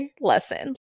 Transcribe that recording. lesson